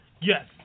Yes